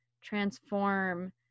transform